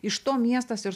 iš to miestas ir